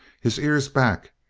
his ears back.